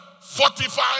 fortify